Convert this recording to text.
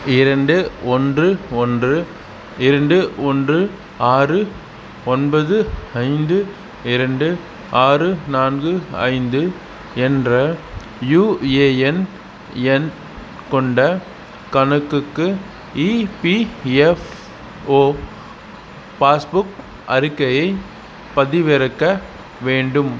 இரண்டு ஒன்று ஒன்று இரண்டு ஒன்று ஆறு ஒன்பது ஐந்து இரண்டு ஆறு நான்கு ஐந்து என்ற யூஏஎன் எண் கொண்ட கணக்குக்கு இபிஎஃப்ஓ பாஸ் புக் அறிக்கையை பதிவிறக்க வேண்டும்